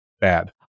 bad